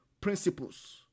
principles